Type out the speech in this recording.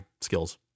skills